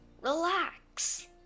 relax